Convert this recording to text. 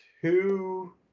two